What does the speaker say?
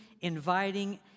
inviting